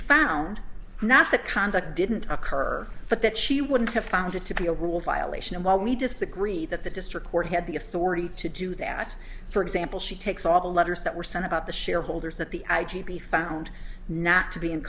found not the conduct didn't occur but that she wouldn't have found it to be a rule violation and while we disagree that the district court had the authority to do that for example she takes all the letters that were sent about the shareholders that the i g p found not to be in